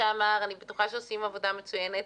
בטוחה שעושים עבודה מצוינת.